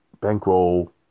bankroll